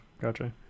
Gotcha